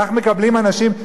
כך מקבלים אנשים?